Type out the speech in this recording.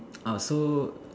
orh so